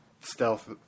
Stealth